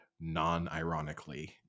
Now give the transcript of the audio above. non-ironically